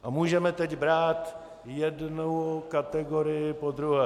A můžeme teď brát jednu kategorii po druhé.